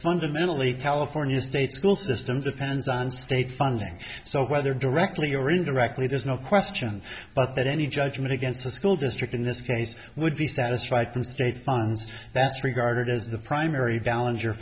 fundamentally california state school system depends on state funding so whether directly or indirectly there's no question but that any judgment against the school district in this case would be satisfied from state farm's that's regarded as the primary valid your